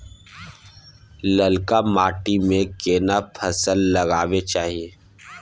ललका माटी में केना फसल लगाबै चाही?